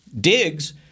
Diggs